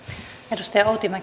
arvoisa